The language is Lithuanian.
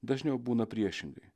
dažniau būna priešingai